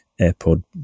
AirPod